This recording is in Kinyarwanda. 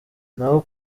naho